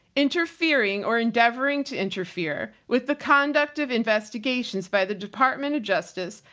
interfering or endeavoring to interfere with the conduct of investigations by the department of justice.